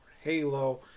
Halo